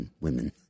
women